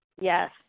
Yes